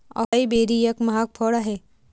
acai berry एक महाग फळ आहे